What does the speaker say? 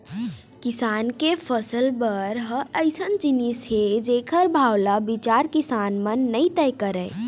किसान के फसल भर ह अइसन जिनिस हे जेखर भाव ल बिचारा किसान मन नइ तय करय